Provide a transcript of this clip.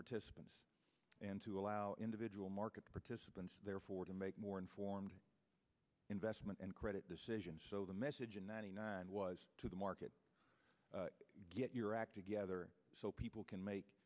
participants and to allow individual market participants therefore to make more informed investment and credit decisions so the message in ninety nine was to the market get your act together so people can make